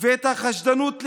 ואת החשדנות לחמלה.